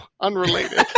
unrelated